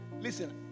Listen